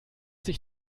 sich